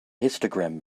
histogram